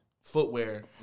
footwear